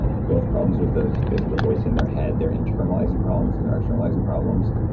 but both problems with the space of the voice in their head. they're internalizing problems, and they're externalizing problems.